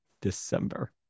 December